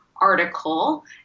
article